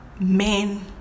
men